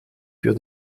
für